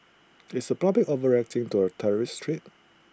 is the public overreacting to A terrorist threat